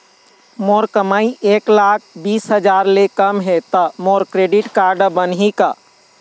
मोर कमाई एक लाख बीस हजार ले कम हे त मोर क्रेडिट कारड बनही का?